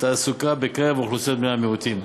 התעסוקה בקרב אוכלוסיות בני-המיעוטים.